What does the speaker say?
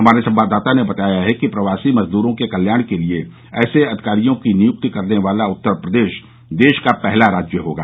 हमारे संवाददाता ने बताया है कि प्रवासी मजदूरों के कल्याण के लिए ऐसे अधिकारियों की नियुक्ति करने वाला उत्तर प्रदेश देश का पहला राज्य होगा